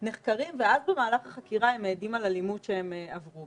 נחקרים ואז במהלך החקירה הם מעידים על אלימות שהם עברו.